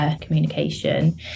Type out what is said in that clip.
communication